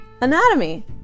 anatomy